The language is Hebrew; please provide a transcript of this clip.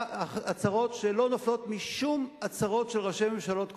הצהרות שלא נופלות משום הצהרות של ראשי ממשלות קודמים.